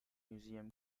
museum